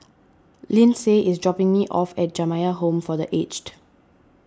Lyndsay is dropping me off at Jamiyah Home for the Aged